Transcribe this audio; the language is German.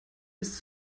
ist